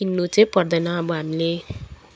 किन्नु चाहिँ पर्दैन अब हामीले